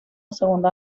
segunda